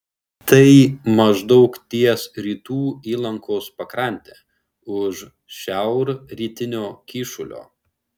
tai maždaug ties rytų įlankos pakrante už šiaurrytinio kyšulio